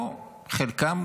וחלקם,